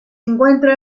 encuentra